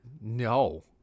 No